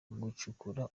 gucukura